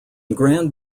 grand